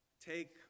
Take